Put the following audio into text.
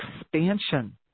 expansion